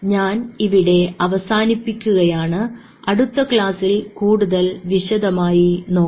ഞാൻ ഇവിടെ അവസാനിപ്പിക്കുകയാണ് അടുത്ത ക്ലാസ്സിൽ കൂടുതൽ വിശദമായി നോക്കാം